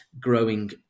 growing